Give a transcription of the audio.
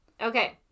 Okay